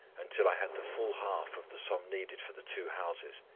until i had the full half of the sum needed for the two houses.